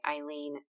Eileen